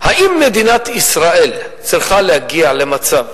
האם מדינת ישראל צריכה להגיע למצב